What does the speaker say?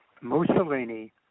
Mussolini